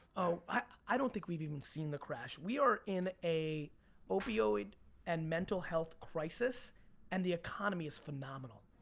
oh, i don't think we've even seen the crash. we are in a opioid and mental health crisis and the economy is phenomenal.